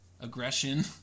aggression